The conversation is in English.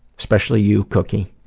especially you cookie,